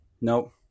Nope